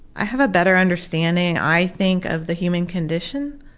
i have a better understanding, i think, of the human condition.